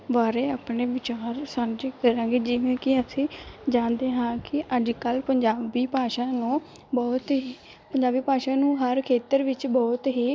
ਬਾਰੇ ਆਪਣੇ ਵਿਚਾਰ ਸਾਂਝੇ ਕਰਾਂਗੀ ਜਿਵੇਂ ਕਿ ਅਸੀਂ ਜਾਣਦੇ ਹਾਂ ਕਿ ਅੱਜ ਕੱਲ੍ਹ ਪੰਜਾਬੀ ਭਾਸ਼ਾ ਨੁੂੰ ਬਹੁਤ ਹੀ ਪੰਜਾਬੀ ਭਾਸ਼ਾ ਨੂੰ ਹਰ ਖੇਤਰ ਵਿੱਚ ਬਹੁਤ ਹੀ